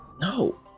no